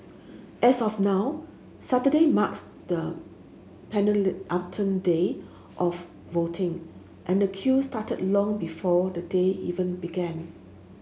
as of now Saturday marks the day of voting and the queue started long before the day even began